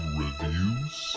reviews